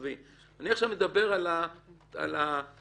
עכשיו אני מדבר על ההתיישנות.